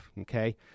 okay